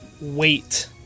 wait